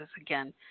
again